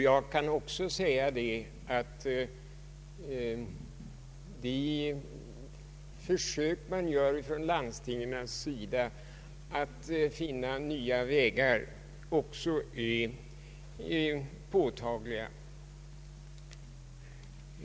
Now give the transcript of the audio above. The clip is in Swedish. Jag kan också säga att de försök som landstingen gör att finna nya vägar också är påtagliga.